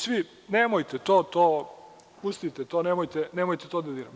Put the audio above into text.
Svi – nemojte to, pustite to, nemojte to da dirate.